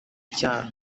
icyaro